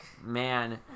man